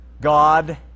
God